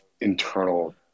internal